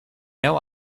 know